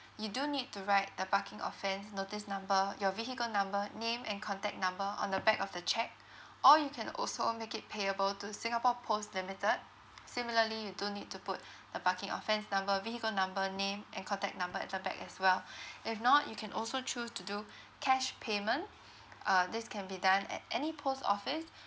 you do need to write the parking offence notice number your vehicle number name and contact number on the back of the cheque or you can also make it payable to singapore post limited similarly you do need to put the parking offence number vehicle number name and contact number at the back as well if not you can also choose to do cash payment uh this can be done at any post office